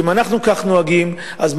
אם אנחנו נוהגים כך,